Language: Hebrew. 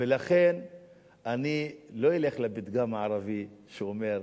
ולכן אני לא אלך לפתגם הערבי שאומר: